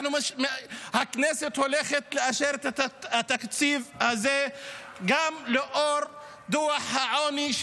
הכנסת הולכת לאשר את התקציב הזה גם לאור דוח העוני,